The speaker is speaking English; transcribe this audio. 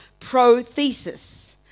prothesis